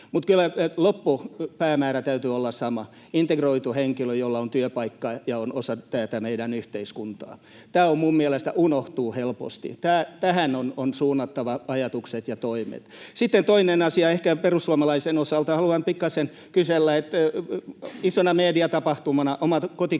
mutta kyllä loppupäämäärän täytyy olla sama: integroitu henkilö, jolla on työpaikka ja joka on osa tätä meidän yhteiskuntaa. Tämä minun mielestäni unohtuu helposti. Tähän on suunnattava ajatukset ja toimet. Sitten toisena asiana ehkä perussuomalaisten osalta haluan pikkaisen kysellä: Isona mediatapahtumana oma kotikaupunkini